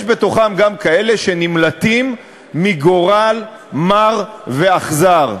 יש בתוכם גם כאלה שנמלטים מגורל מר ואכזר.